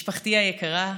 משפחתי היקרה,